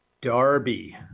darby